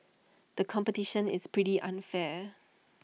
the competition is pretty unfair